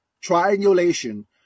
triangulation